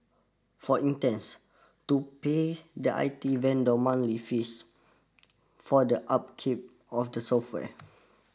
for instance to pay the I T vendor monthly fees for the upkeep of the software